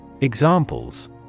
Examples